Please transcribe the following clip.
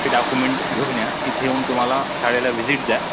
ते डाकुमेंट घेऊन या इथे येऊन तुम्हाला शाळेला विजिट द्या